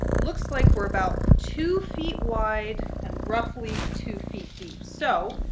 looks like we're about two feet wide and roughly two feet deep. so,